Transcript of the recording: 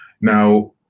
Now